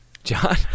John